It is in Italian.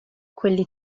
quelli